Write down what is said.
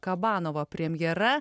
kabanova premjera